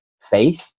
faith